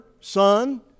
Son